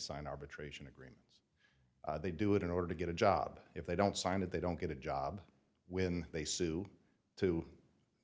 sign arbitration agreement they do it in order to get a job if they don't sign it they don't get a job when they sue to